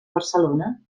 barcelona